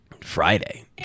Friday